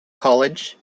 college